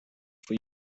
for